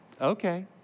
okay